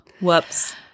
Whoops